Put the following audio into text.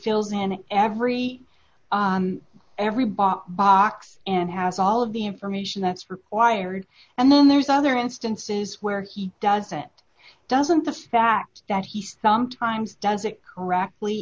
in every every box box and has all of the information that's required and then there's other instances where he doesn't doesn't the fact that he's sometimes does it correctly